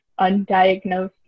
undiagnosed